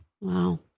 Wow